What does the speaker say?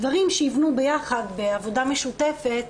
דברים שייבנו ביחד בעבודה משותפת.